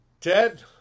Ted